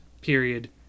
period